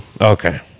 Okay